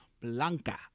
Blanca